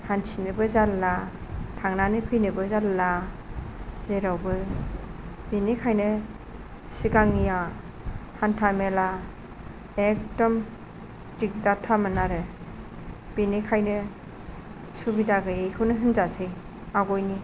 हान्थिनोबो जारला थांनानै फैनोबो जारला जेरावबो बेनिखायनो सिगांनिया हान्थामेला एकदम दिगदारथारमोन आरो बेनिखायनो सुबिदा गैयैखौनो होनजायो आगोलनि